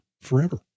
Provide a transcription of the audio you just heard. forever